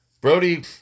Brody